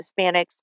Hispanics